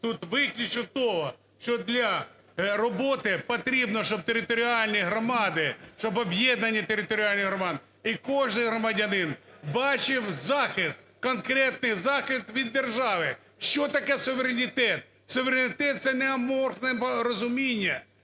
тут виключно того, що для роботи потрібно, щоб територіальні громади, щоб об'єднані територіальні громади і кожен громадянин бачив захист, конкретний захист від держави. Що таке суверенітет? Суверенітет – це не аморфне розуміння,